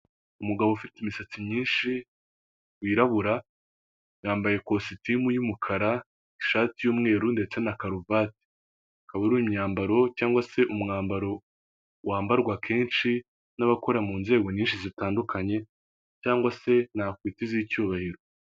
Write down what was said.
Umugabo ufite imisatsi myinshi wirabura yambaye ikositimu y'umukara ishati y'umweru ndetse na karuvati, akab ari imyambaro cyangwa se umwambaro wambarwa kenshi n'abakora mu nzego nyinshi zitandukanye cyangwa se nakwiti iz'icyubahiro.